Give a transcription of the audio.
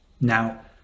Now